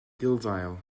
gulddail